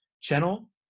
channel